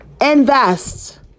Invest